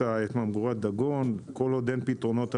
ממגורת דגון כל עוד אין פתרונות אחרים.